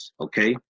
okay